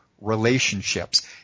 relationships